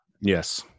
Yes